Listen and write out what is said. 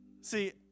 See